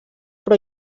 però